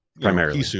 Primarily